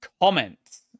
Comments